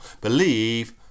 believe